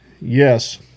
Yes